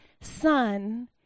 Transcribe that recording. son